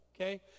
okay